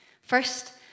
First